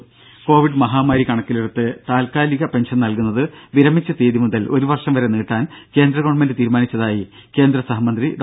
ദേഴ കോവിഡ് മഹാമാരി കണക്കിലെടുത്ത് താൽക്കാലിക പെൻഷൻ നൽകുന്നത് വിരമിച്ച തീയതി മുതൽ ഒരു വർഷം വരെ നീട്ടാൻ കേന്ദ്ര ഗവൺമെന്റ് തീരുമാനിച്ചതായി കേന്ദ്ര സഹമന്ത്രി ഡോ